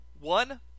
One